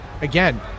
again